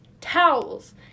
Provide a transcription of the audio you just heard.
towels